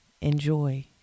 Enjoy